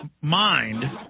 mind